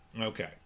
Okay